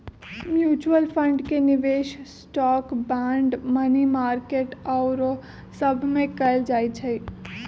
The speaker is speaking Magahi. म्यूच्यूअल फंड के निवेश स्टॉक, बांड, मनी मार्केट आउरो सभमें कएल जाइ छइ